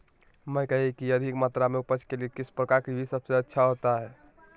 मकई की अधिक मात्रा में उपज के लिए किस प्रकार की बीज अच्छा होता है?